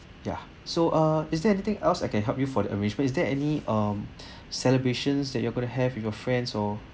YA so uh is there anything else I can help you for the arrangement is there any um celebrations that you are going to have with your friends or